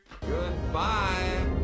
Goodbye